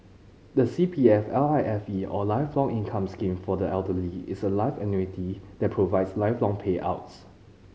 the C P F L I F E or Lifelong Income Scheme for the elderly is a life annuity that provides lifelong payouts